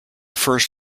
first